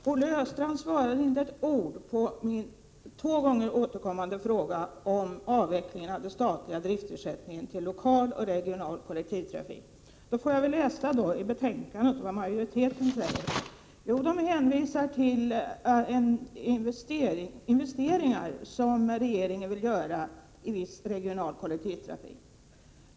Fru talman! Olle Östrand svarade inte med ett ord på min två gånger upprepade fråga om avvecklingen av den statliga driftersättningen till lokal och regional kollektivtrafik. Då får jag väl läsa i betänkandet vad majoriteten säger. Majoriteten hänvisar till investeringar som regeringen vill göra i viss regional kollektivtrafik.